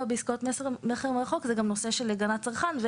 בעסקאות מכר מרחוק זה גם נושא של הגנת צרכן.